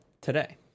today